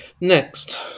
Next